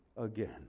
again